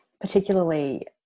particularly